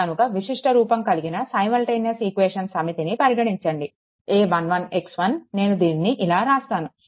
కనుక విశిష్ట రూపం కలిగిన సైమల్టేనియస్ ఈక్వెషన్స్ సమితిని పరిగణించండి a11x1 నేను దీనిని ఇలా రాస్తాను a11x1 a12x2